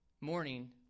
morning